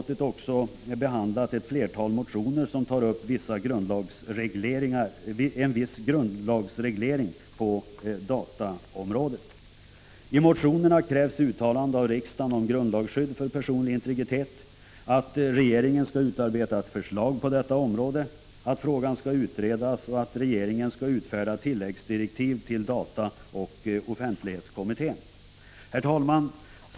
tet behandlat ett flertal motioner som tar upp en viss grundlagsreglering på dataområdet. I motionerna krävs att riksdagen gör ett uttalande om grundlagsskydd för personlig integritet, att regeringen skall utarbeta ett förslag på detta område, att frågan skall utredas och att regeringen skall utfärda tilläggsdirektiv till dataoch offentlighetskommittén. Herr talman!